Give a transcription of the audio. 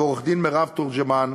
ועורכת-הדין מירב תורג'מן,